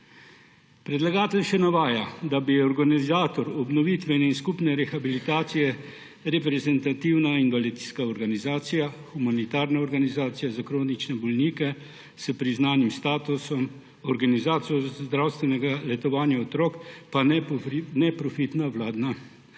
Predlagatelj še navaja, da bi bil organizator obnovitvene in skupne rehabilitacije reprezentativna invalidska organizacija, humanitarna organizacija za kronične bolnike s priznanim statusom, organizator zdravstvenega letovanja otrok pa neprofitna nevladna organizacija.